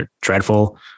dreadful